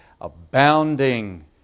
abounding